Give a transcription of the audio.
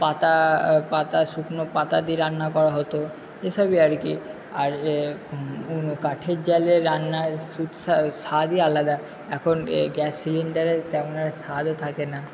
পাতা পাতা শুকনো পাতা দিয়ে রান্না করা হতো এসবই আর কি আর কাঠের জ্বালের রান্নার স্বাদই আলাদা এখন গ্যাস সিলিন্ডারে তেমন আর স্বাদও থাকে না